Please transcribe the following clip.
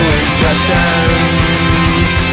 impressions